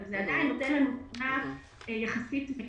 אבל זה עדיין נותן לנו תמונה מקיפה יחסית.